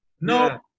No